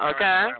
Okay